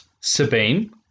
Sabine